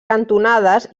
cantonades